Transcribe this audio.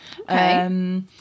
Okay